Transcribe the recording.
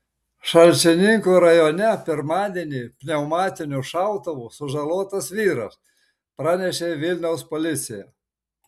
šalčininkų rajone pirmadienį pneumatiniu šautuvu sužalotas vyras pranešė vilniaus policija